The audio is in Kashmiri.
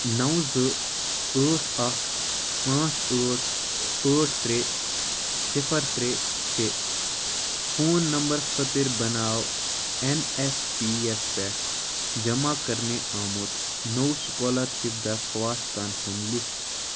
نو زٕ ٲٹھ اکھ پانٛژھ ٲٹھ ٲٹھ ترٛےٚ صِفر ترٛےٚ شےٚ فون نمبر خٲطر بناو اٮ۪ن اٮ۪س پی یَس پٮ۪ٹھ جمع کرنہِ آمُت نوٚو سُکالرشِپ درخواستن ہُنٛد لِسٹ